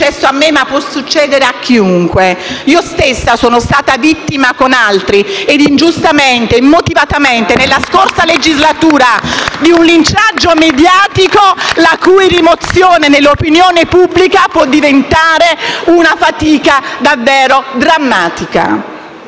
è successo a me ma può accadere a chiunque. Io stessa sono stata vittima con altri - ingiustamente ed immotivatamente, nella scorsa legislatura - di un linciaggio mediatico la cui rimozione nell'opinione pubblica può diventare una fatica davvero drammatica.